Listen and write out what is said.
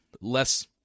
less